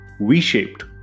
V-shaped